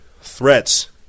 threats